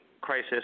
crisis